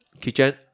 Kitchen